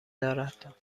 دارد